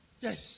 Yes